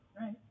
right